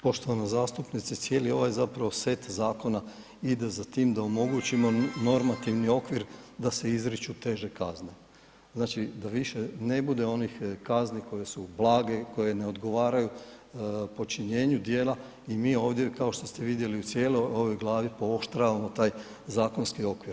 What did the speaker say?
Poštovana zastupnice, cijeli ovaj zapravo set zakona ide za time da omogućimo normativni okvir da se izriču teže kazne, znači da više ne bude onih kazni koje su blage, koje ne odgovaraju počinjenju djela i mi ovdje kao što ste vidjeli u cijeloj ovoj glavi pooštravamo taj zakonski okvir.